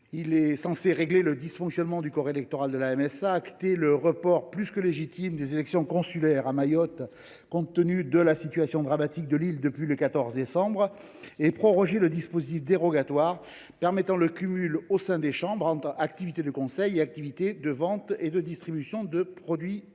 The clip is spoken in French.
Il est censé régler les dysfonctionnements du corps électoral de la MSA, acter le report plus que légitime des élections consulaires à Mayotte, compte tenu de la situation dramatique de l’île depuis le 14 décembre dernier, et proroger le dispositif dérogatoire autorisant le cumul au sein des chambres entre activités de conseil et activités de vente et de distribution de produits phytosanitaires.